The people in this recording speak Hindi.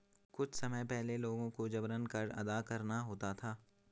कुछ समय पहले लोगों को जबरन कर अदा करना होता था